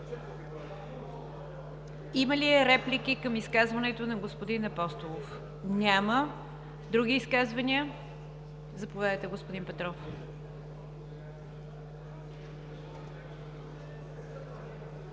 Има ли реплики към изказването на господин Апостолов? (Шум и реплики.) Няма. Други изказвания? Заповядайте, господин Петров.